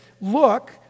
Look